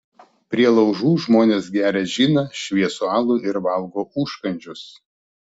prie laužų žmonės geria džiną šviesų alų ir valgo užkandžius